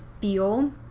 feel